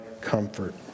comfort